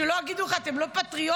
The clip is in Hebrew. שלא יגידו: אתם לא פטריוטים,